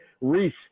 Reese